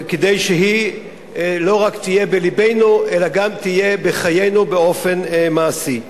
כדי שהיא לא רק תהיה בלבנו אלא גם תהיה בחיינו באופן מעשי.